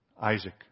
Isaac